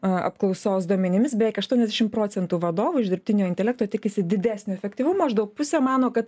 a apklausos duomenimis beveik aštuoniasdešimt procentų vadovų iš dirbtinio intelekto tikisi didesnio efektyvumo maždaug pusė mano kad